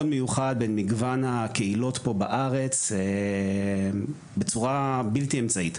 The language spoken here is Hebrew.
מיוחד בין מגוון הקהילות פה בארץ בצורה בלתי אמצעית.